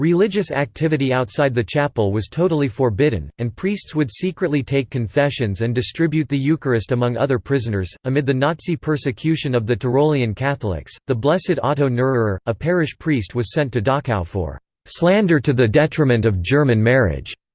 religious activity outside the chapel was totally forbidden, and priests would secretly take confessions and distribute the eucharist among other prisoners amid the nazi persecution of the tirolian catholics, the blessed otto neururer, a parish priest was sent to dachau for slander to the detriment of german marriage,